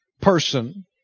person